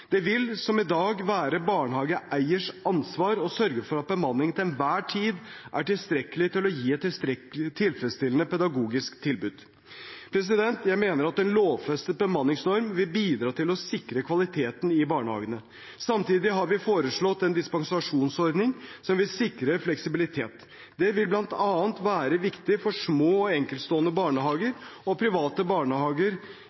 Det vil, som i dag, være barnehageeierens ansvar å sørge for at bemanningen til enhver tid er tilstrekkelig til å gi et tilfredsstillende pedagogisk tilbud. Jeg mener at en lovfestet bemanningsnorm vil bidra til å sikre kvaliteten i barnehagene. Samtidig har vi foreslått en dispensasjonsordning som vil sikre fleksibilitet. Det vil bl.a. være viktig for små og enkeltstående